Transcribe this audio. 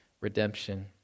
redemption